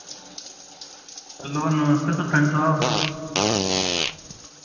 hello नमस्ते सरपंच साहब